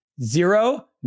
zero